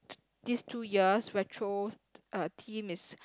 this two years retro uh theme is